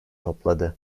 topladı